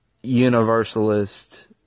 universalist